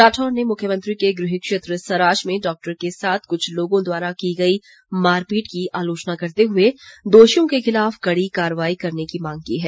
राठौर ने मुख्यमंत्री के गृहक्षेत्र सराज में डॉक्टर के साथ कुछ लोगों द्वारा की गई मारपीट की आलोचना करते हुए दोषियों के खिलाफ कड़ी कार्रवाई करने की मांग की है